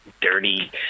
dirty